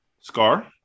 Scar